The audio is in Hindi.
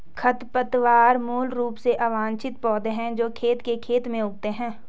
खरपतवार मूल रूप से अवांछित पौधे हैं जो खेत के खेत में उगते हैं